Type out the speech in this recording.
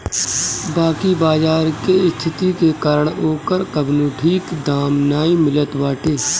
बाकी बाजार के स्थिति के कारण ओकर कवनो ठीक दाम नाइ मिलत बाटे